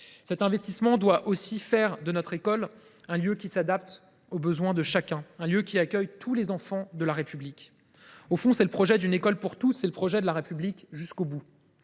Cet investissement doit aussi faire de notre école un lieu qui s’adapte aux besoins de chacun, un lieu qui accueille tous les enfants de la République. Au fond, c’est le projet d’une école pour tous. C’est le projet de la République jusqu’au bout.